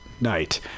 night